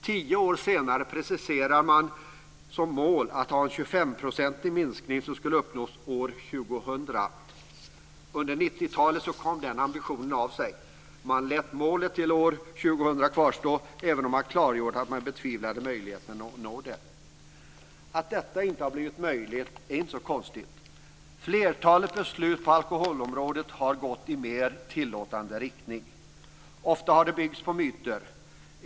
Tio år senare preciserar man som mål att en 25-procentig minskning skulle uppnås år 2000. Under 90-talet kom den ambitionen av sig. Man lät målet för år 2000 kvarstå, även om man klargjorde att man betvivlade möjligheten att nå det. Att detta inte har blivit möjligt är inte så konstigt. Flertalet beslut på alkoholområdet har gått i mer tilllåtande riktning. Ofta har det byggts på myter.